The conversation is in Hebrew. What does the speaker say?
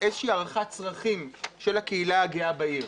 איזושהי הערכת צרכים של הקהילה הגאה בעיר.